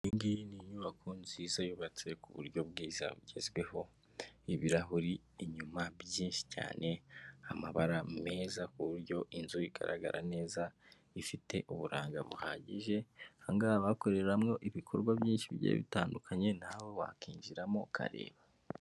Iyi ngiyi ni inyubako nziza yubatse ku buryo bwiza bugezweho, ibirahuri inyuma byinshi cyane, amabara meza ku buryo inzu igaragara neza ifite uburanga buhagije, aha ngaha haba hakoreramo ibikorwa byinshi bigiye bitandukanye, nawe wakinjiramo ukareba.